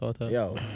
Yo